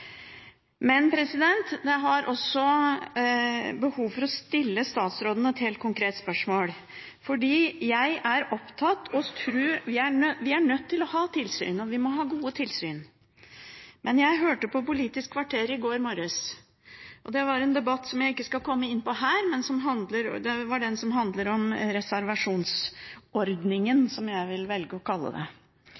Men jeg har også behov for å stille statsråden et helt konkret spørsmål. Vi er nødt til å ha tilsyn, og vi må ha gode tilsyn. Jeg hørte på Politisk kvarter i går morges, og det var en debatt som jeg ikke skal komme inn på her, som handlet om reservasjonsordningen, som jeg vil velge å kalle det.